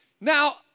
Now